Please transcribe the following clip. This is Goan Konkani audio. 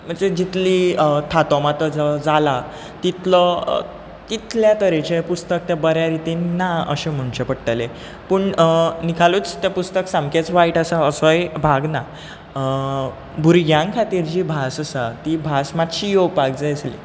म्हणचे जितली थातो माथो जो जाला तितलो तितल्या तरेचें पुस्तक तें बऱ्या रितीन ना अशें म्हणचें पडटलें पूण निखालस तें पुस्तक सामकेंच वायट असोय भाग ना भुरग्यांक खातीर जी भास आसा ती भास मात्शी येवपाक जाय आसली